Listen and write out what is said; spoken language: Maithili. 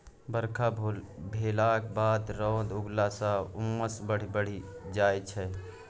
बरखा भेलाक बाद रौद उगलाँ सँ उम्मस बड़ बढ़ि जाइ छै